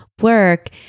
work